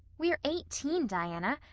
we're eighteen, diana.